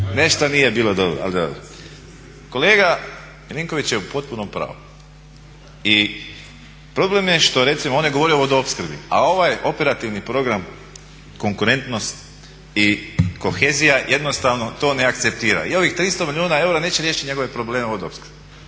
Nešto nije bilo dobro, ali dobro. Kolega Milinković je u potpunom pravu. I problem je što, recimo on je govorio o vodoopskrbi a ovaj operativni program konkurentnost i kohezija jednostavno to ne akceptira. I ovih 300 milijuna eura neće riješiti njegove probleme vodoopskrbe.